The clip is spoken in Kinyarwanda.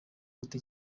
gute